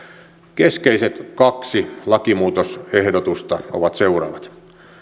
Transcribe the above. keskeiset kaksi lakimuutosehdotusta ovat seuraavat